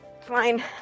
fine